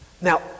Now